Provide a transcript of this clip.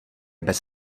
bez